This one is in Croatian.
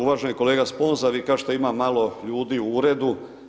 Uvaženi kolega Sponza vi kažete ima malo ljudi u uredu.